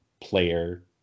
player